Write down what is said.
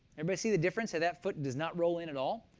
everybody see the difference how that foot does not roll in it all.